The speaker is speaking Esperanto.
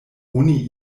oni